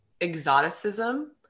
exoticism